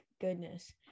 goodness